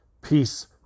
peace